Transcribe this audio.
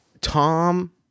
Tom